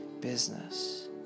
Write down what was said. business